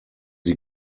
sie